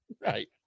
Right